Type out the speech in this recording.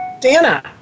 Dana